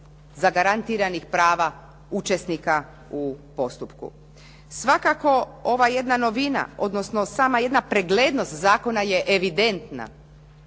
zagarantiranih prava učesnika u postupku. Svakako ova jedna novina, odnosno sama jedna preglednost zakona je evidentna,